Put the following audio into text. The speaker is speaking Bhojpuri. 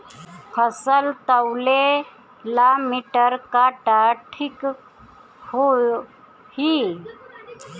फसल तौले ला मिटर काटा ठिक होही?